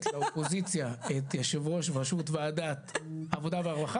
לאופוזיציה את יושב ראש ראשות ועדת העבודה והרווחה